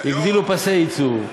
הגדילו פסי ייצור.